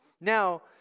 Now